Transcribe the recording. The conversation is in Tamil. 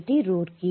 டி ரூர்க்கி